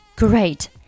Great